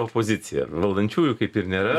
opozicija valdančiųjų kaip ir nėra